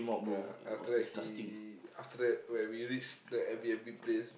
yeah after that he after that when we reach the Air-B_N_B place